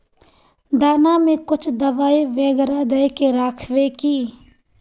दाना में कुछ दबाई बेगरा दय के राखबे की?